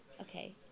okay